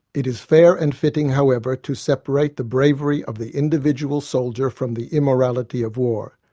it is fair and fitting, however, to separate the bravery of the individual soldier from the immorality of war.